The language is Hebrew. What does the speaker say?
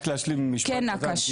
רק להשלים במשפט אחד.